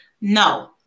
no